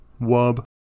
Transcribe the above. wub